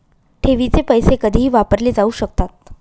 ठेवीचे पैसे कधीही वापरले जाऊ शकतात